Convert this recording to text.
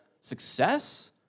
success